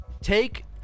take